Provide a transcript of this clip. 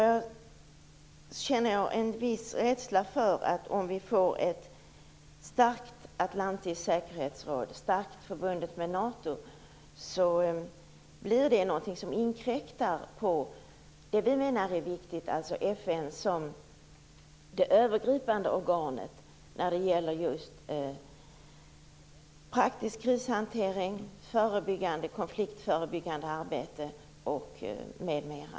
Jag känner en viss rädsla för att om vi får ett starkt atlantiskt säkerhetsråd, som är starkt förbundet med NATO, kommer det att inkräkta på det som vi menar är viktigt, nämligen FN som det övergripande organet när det gäller just praktisk krishantering, konfliktförebyggande arbete m.m.